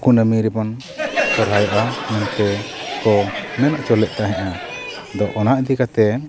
ᱠᱩᱱᱟᱹᱢᱤ ᱨᱮᱵᱚᱱ ᱥᱚᱨᱦᱟᱭᱚᱜᱼᱟ ᱢᱮᱱᱛᱮ ᱠᱚ ᱢᱮᱱ ᱦᱚᱪᱚ ᱞᱮ ᱛᱟᱦᱮᱸᱜᱼᱟ ᱟᱫᱚ ᱚᱱᱟ ᱤᱫᱤ ᱠᱟᱛᱮᱫ